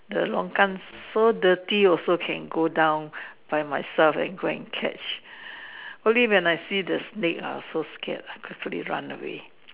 the longkang so dirty also can go down by myself and go and catch only when I see the snake I was so scared quickly run away